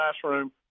classroom